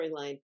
storyline